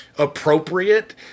Appropriate